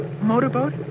motorboat